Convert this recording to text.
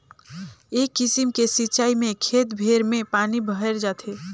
ए किसिम के सिचाई में खेत भेर में पानी भयर जाथे